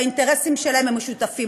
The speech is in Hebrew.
והאינטרסים שלהם משותפים.